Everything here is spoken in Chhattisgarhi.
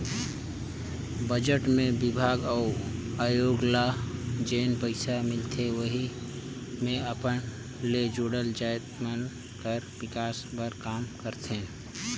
बजट मे बिभाग अउ आयोग ल जेन पइसा मिलथे वहीं मे अपन ले जुड़ल जाएत मन कर बिकास बर काम करथे